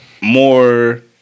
more